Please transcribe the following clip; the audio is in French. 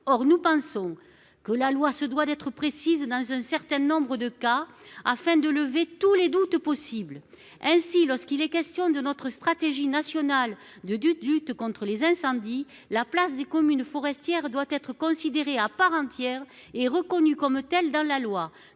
Or nous pensons que la loi se doit d'être précise dans un certain nombre de cas afin de lever tous les doutes possibles. Ainsi, lorsqu'il est question de notre stratégie nationale de lutte contre les incendies, la place des communes forestières doit être considérée à part entière et reconnue comme telle dans la loi.